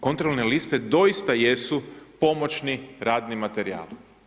Kontrolne liste doista jesu pomoćni radni materijal.